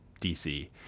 dc